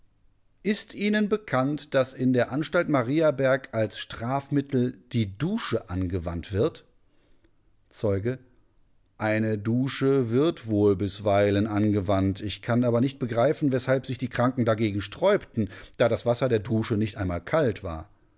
ist ihnen bekannt daß in der anstalt mariaberg als strafmittel die dusche angewandt wird zeuge eine dusche wird wohl bisweilen angewandt ich kann aber nicht begreifen weshalb sich die kranken dagegen sträubten da das wasser der dusche nicht einmal kalt war